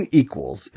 equals